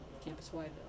campus-wide